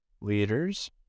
Leaders